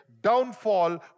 downfall